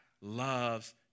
loves